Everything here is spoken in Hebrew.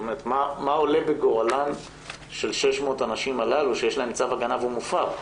מה עולה בגורלן של 600 הנשים הללו שיש להן צו הגנה והוא מופר?